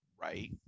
Right